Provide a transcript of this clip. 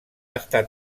estat